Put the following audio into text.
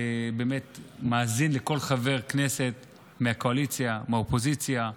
מאזין לכל חבר כנסת מהקואליציה, מהאופוזיציה,